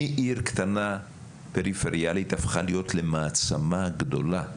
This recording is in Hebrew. מעיר קטנה פריפריאלית, הפכה להיות למעצמה גדולה.